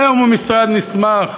היום הוא משרד נסמך